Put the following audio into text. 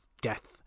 death